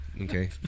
Okay